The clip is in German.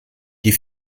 die